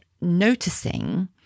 noticing